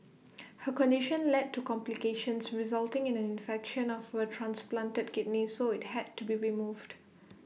her condition led to complications resulting in an infection of her transplanted kidney so IT had to be removed